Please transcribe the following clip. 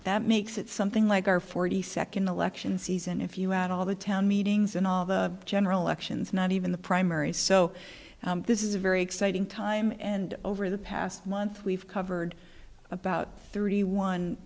that makes it something like our forty second election season if you add all the town meetings and all the general elections not even the primaries so this is a very exciting time and over the past month we've covered about thirty one